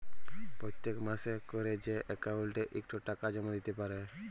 পত্তেক মাসে ক্যরে যে অক্কাউল্টে ইকট টাকা জমা দ্যিতে পারে